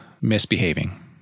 misbehaving